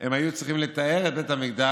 הם היו צריכים לטהר את בית המקדש,